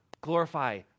glorify